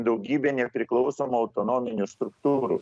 daugybė nepriklausomų autonominių struktūrų